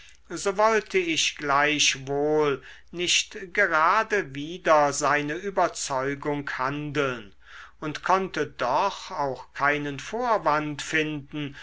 so wollte ich gleichwohl nicht gerade wider seine überzeugung handeln und konnte doch auch keinen vorwand finden